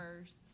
first